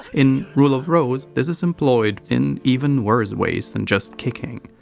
in rule of rose, this is employed in even worse ways than just kicking.